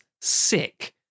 sick